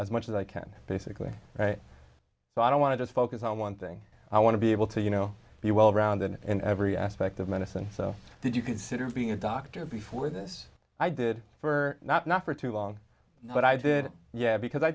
as much as i can basically so i don't want to just focus on one thing i want to be able to you know be well rounded in every aspect of medicine so did you consider being a doctor before this i did for not not for too long but i did yeah because i